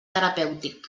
terapèutic